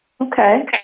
Okay